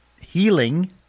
healing